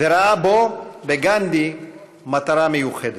וראה בו, בגנדי, מטרה מיוחדת.